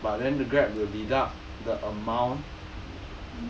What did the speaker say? but then Grab will deduct the amount